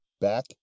Back